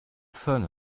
faune